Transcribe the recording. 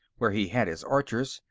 where he had his archers,